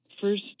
first